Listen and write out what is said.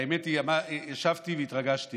האמת היא שישבתי והתרגשתי